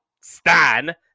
Stan